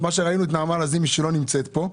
מה שראינו את נעמה לזימי, שלא נמצאת פה,